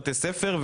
לבתי ספר,